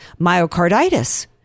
myocarditis